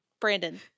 Brandon